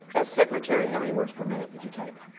as secretary, how many words per minute could you type?